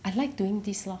I like doing this lor